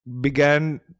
began